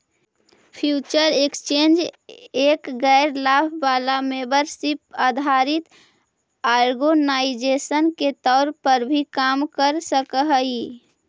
future exchange एक गैर लाभ वाला मेंबरशिप आधारित ऑर्गेनाइजेशन के तौर पर भी काम कर सकऽ हइ